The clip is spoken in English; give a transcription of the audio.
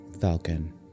falcon